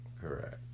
Correct